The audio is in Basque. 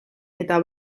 eta